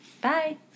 Bye